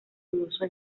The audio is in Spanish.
dudoso